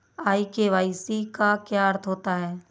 ई KYC का क्या अर्थ होता है?